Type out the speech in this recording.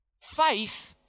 Faith